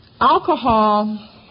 alcohol